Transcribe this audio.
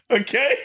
okay